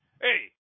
Hey